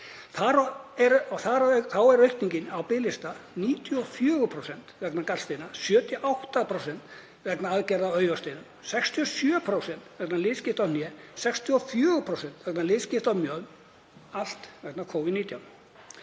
er aukning á biðlista 94% vegna gallsteina, 78% vegna aðgerða á augasteinum, 67% vegna liðskipta á hné og 64% vegna liðskipta á mjöðm, allt vegna Covid-19.